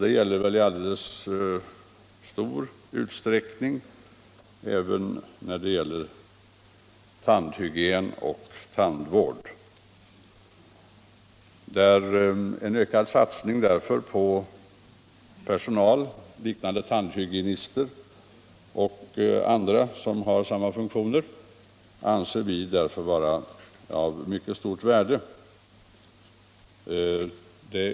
Detta gäller i särskilt stor utsträckning i fråga om tandhygien och tandvård. En ökad satsning på tandhygienister och annan personal som har samma uppgifter anser vi därför vara av mycket stort värde.